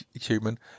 human